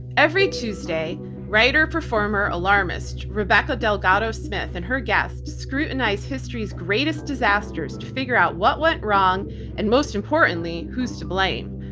every tuesday writer, performer, alarmist rebecca delgado smith and her guests scrutinize history's greatest disasters to figure out what went wrong and most importantly, who's to blame.